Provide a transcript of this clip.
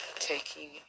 Taking